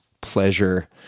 pleasure